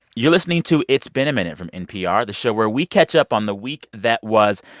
you're listening to it's been a minute from npr, the show where we catch up on the week that was.